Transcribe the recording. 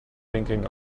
thinking